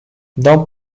dom